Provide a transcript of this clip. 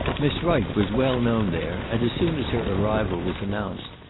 miss wright was well known there, and as soon as her arrival was announced,